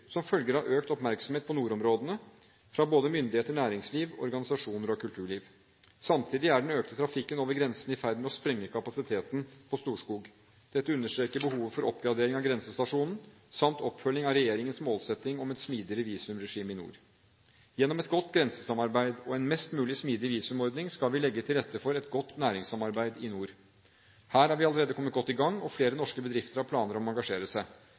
som følge av økt oppmerksomhet på nordområdene fra både myndigheter, næringsliv, organisasjoner og kulturliv. Samtidig er den økte trafikken over grensen i ferd med å sprenge kapasiteten på Storskog. Dette understreker behovet for oppgradering av grensestasjonen samt oppfølging av regjeringens målsetting om et smidigere visumregime i nord. Gjennom et godt grensesamarbeid og en mest mulig smidig visumordning skal vi legge til rette for et godt næringssamarbeid i nord. Her er vi allerede kommet godt i gang – og flere norske bedrifter har planer om å engasjere seg.